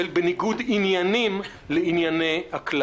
פנסיה לאנשי צבא שיושבים בוועדת החוץ והביטחון?